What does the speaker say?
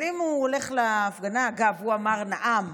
אבל אם הוא הולך להפגנה, אגב, הוא אמר: נאם.